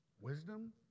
Wisdom